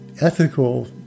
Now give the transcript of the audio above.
ethical